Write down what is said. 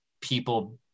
people